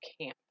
camp